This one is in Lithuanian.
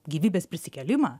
gyvybės prisikėlimą